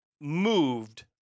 moved